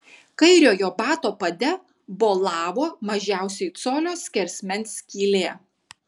kairiojo bato pade bolavo mažiausiai colio skersmens skylė